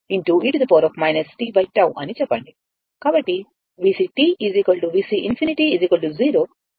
కాబట్టి VCt VC∞ 0